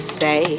say